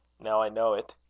now i know it.